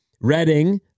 Reading